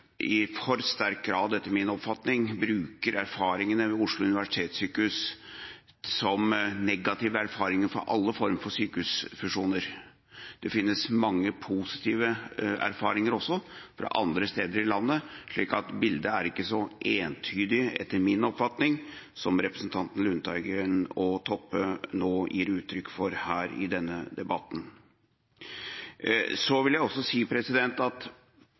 i for sterk grad bruker erfaringene ved Oslo universitetssykehus som negative erfaringer for alle former for sykehusfusjoner. Det finnes mange positive erfaringer også, fra andre steder i landet, så bildet er ikke så entydig etter min oppfatning som representantene Lundteigen og Toppe gir uttrykk for her i denne debatten.